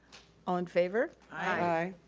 all in favor? aye.